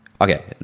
okay